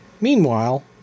Meanwhile